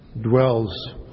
dwells